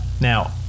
Now